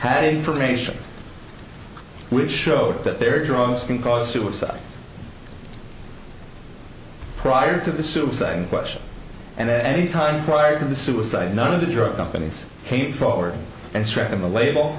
had information which showed that their drugs can cause suicide prior to the suicide question and any time prior to the suicide none of the drug companies came forward and strengthen the label